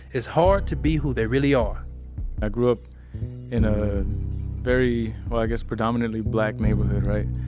it's hard to be who they really are i grew up in a very, well, i guess, predominately black neighborhood, right,